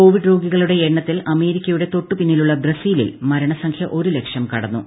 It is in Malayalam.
കോവിഡ് രോഗികളുടെ എണ്ണത്തിൽ അമേരിക്കയുടെ തൊട്ടു പിന്നിലുള്ള ബ്രസീലിൽ മരണസംഖ്യ ഒരു ലക്ഷം കവിഞ്ഞു